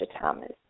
Thomas